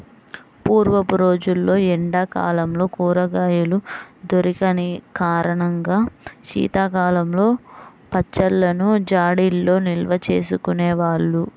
పూర్వపు రోజుల్లో ఎండా కాలంలో కూరగాయలు దొరికని కారణంగా శీతాకాలంలో పచ్చళ్ళను జాడీల్లో నిల్వచేసుకునే వాళ్ళు